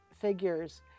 figures